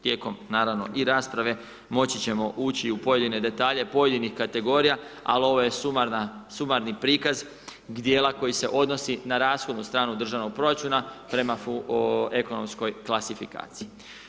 Tijekom naravno i rasprave, moći ćemo ući u pojedine detalje pojedinih kategorija, ali ovo sumarni prikaz dijela koji se odnosi na rashodnu stranu državnog proračuna prema ekonomskoj klasifikaciji.